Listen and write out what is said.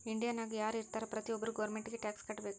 ಇಂಡಿಯಾನಾಗ್ ಯಾರ್ ಇರ್ತಾರ ಪ್ರತಿ ಒಬ್ಬರು ಗೌರ್ಮೆಂಟಿಗಿ ಟ್ಯಾಕ್ಸ್ ಕಟ್ಬೇಕ್